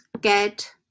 get